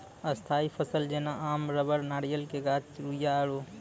स्थायी फसल जेना आम रबड़ नारियल के गाछ रुइया आरु